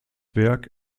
werk